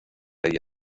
ella